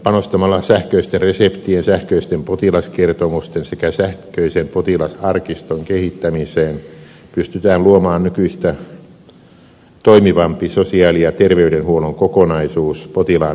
panostamalla sähköisten reseptien sähköisten potilaskertomusten sekä sähköisen potilasarkiston kehittämiseen pystytään luomaan nykyistä toimivampi sosiaali ja terveydenhuollon kokonaisuus potilaan näkökulmasta